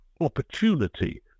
opportunity